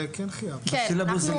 בסילבוס של